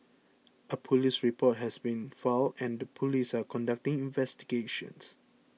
a police report has been filed and the police are conducting investigations